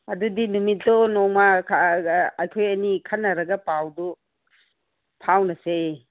ꯑꯗꯨꯗꯤ ꯅꯨꯃꯤꯠꯇꯣ ꯅꯣꯡꯃ ꯑꯩꯈꯣꯏ ꯑꯅꯤ ꯈꯟꯅꯔꯒ ꯄꯥꯎꯗꯨ ꯐꯥꯎꯅꯁꯦ